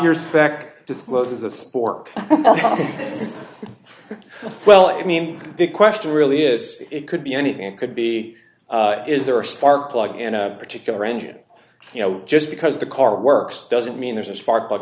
your spec discloses a spork well i mean the question really is it could be anything it could be is there a spark plug in a particular engine you know just because the car works doesn't mean there's a spark plug